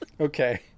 Okay